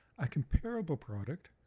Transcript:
a comparable product,